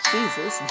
Jesus